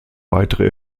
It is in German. weitere